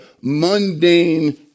mundane